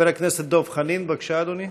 חבר הכנסת דב חנין, בבקשה, אדוני.